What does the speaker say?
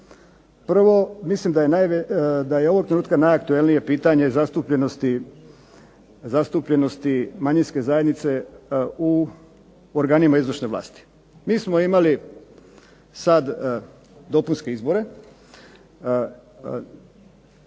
Prvo, mislim da je ovog trenutka najaktualnije pitanje zastupljenosti manjinske zajednice u organima izvršne vlasti. Mi smo imali sad dopunske izbore.